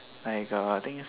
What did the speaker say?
like a I think